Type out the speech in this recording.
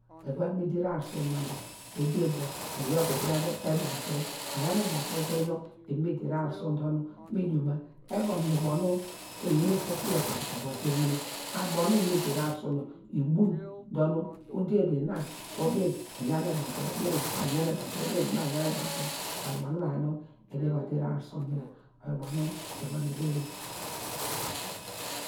Egwa va me der arusun na dor, eder dor iyor ka ikuru yante edonw kiri eyan ubu kiri kiri nu ever me der arusun dor nu mi dioma evon munu ubo nu iyin na ifufuyo kpeyi eva der munu, abo nu eva me der arusun yor ibin dor nu uder der ina udin iyan edonw kiri ina udin iyan e donw kiri oyor ubo nu nuna nu edeva der arusun oyor ubo nu mi va nu iderin